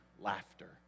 laughter